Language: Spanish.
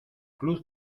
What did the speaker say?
club